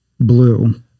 Blue